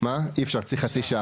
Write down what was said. אי אפשר, צריך חצי שעה.